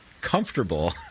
comfortable